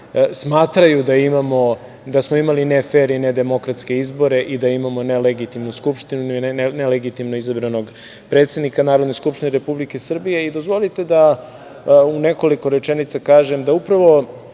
smatrali da smo imali nefer i nedemokratske izbore i da imamo nelegitimnu Skupštinu i nelegitimno izabranog predsednika Narodne skupštine Republike Srbije. Dozvolite da u nekoliko rečenica kažem da upravo